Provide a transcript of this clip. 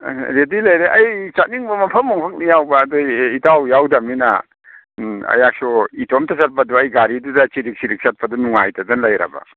ꯑꯥ ready ꯂꯩꯔꯦ ꯑꯩ ꯆꯠꯅꯤꯡꯕ ꯃꯐꯝ ꯌꯥꯎꯕ ꯑꯗꯨꯒꯤ ꯏꯇꯥꯎ ꯌꯥꯎꯗꯃꯤꯅ ꯑꯩꯍꯥꯛꯁꯨ ꯏꯇꯣꯝꯇ ꯆꯠꯄꯗꯨ ꯑꯩ ꯒꯥꯔꯤꯗꯨꯗ ꯆꯤꯔꯤꯛ ꯆꯤꯔꯤꯛ ꯆꯠꯄꯗꯣ ꯅꯨꯡꯉꯥꯏꯇꯗꯅ ꯂꯩꯔꯕ